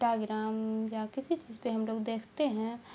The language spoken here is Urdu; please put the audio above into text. انسٹاگرام یا کسی چیز پہ ہم لوگ دیکھتے ہیں